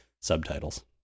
subtitles